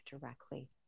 directly